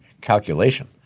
calculation